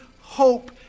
hope